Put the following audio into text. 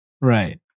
Right